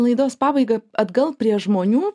laidos pabaigą atgal prie žmonių